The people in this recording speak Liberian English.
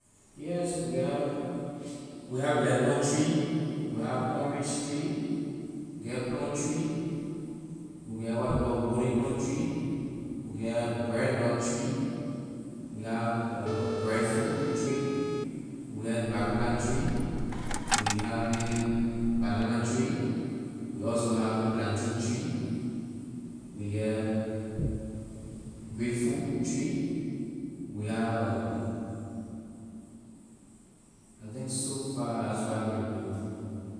Yes we have we have lemon tree we have orange tree we get plum tree we get what ley call golden plum tree we get breadnut tree we have breadfruit tree we get moringa tree we having banana tree we also have plantain tree we get grape fruit tree we have I think so far la's what I can remember.